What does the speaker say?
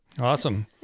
Awesome